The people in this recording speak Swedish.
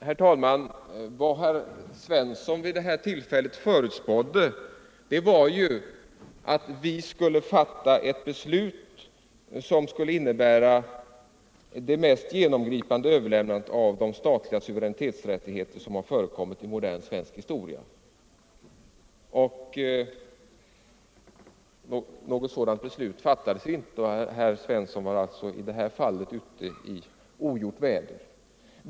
Herr talman! Vad herr Svensson i Malmö vid detta tillfälle förutspådde var att vi skulle fatta ett beslut som skulle komma att innebära det mest genomgripande överlämnande av statliga suveränitetsrättigheter som har förekommit i modern svensk historia. Något sådant beslut fattades inte. Herr Svensson var alltså i det här fallet ute i ogjort väder.